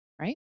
right